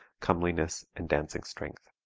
comeliness and dancing strength.